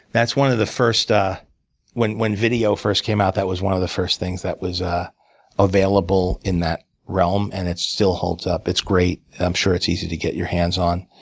that's one of the first when when video first came out, that was one of the first things that was ah available in that realm, and it still holds up. it's great. i'm sure it's easy to get your hands on,